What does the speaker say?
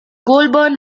goulburn